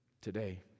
today